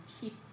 keep